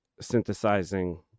synthesizing